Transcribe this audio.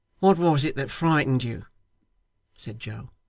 what was it that frightened you said joe.